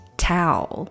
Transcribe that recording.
towel